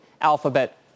Alphabet